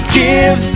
give